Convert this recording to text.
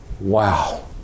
wow